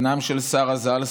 בנם של שרה ז"ל,